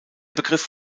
begriff